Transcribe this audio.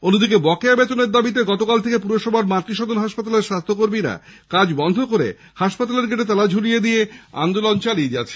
অন্যদিকে বকেয়া বেতনের দাবিতে গতকাল থেকে পুরসভার মাতৃসদন হাসপাতালের স্বাস্থ্যকর্মীরা কাজ বন্ধ করে হাসপাতালের গেটে তালা ঝুলিয়ে দিয়ে আন্দোলন চালিয়ে যাচ্ছে